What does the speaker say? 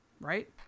right